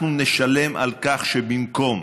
אנחנו נשלם על כך שבמקום